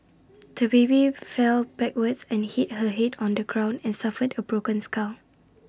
the baby fell backwards and hit her Head on the ground and suffered A broken skull